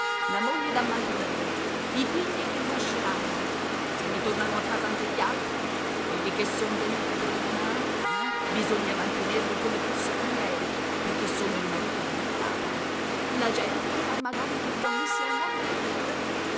la moglie da mantenere i figli che nasceranno se mi tornano a casa anche gli altri quelli che son venuti prima bisogna mantenerli come fossero miei perché sono il marito di diodata la gente dirà magari che li ho messi al mondo io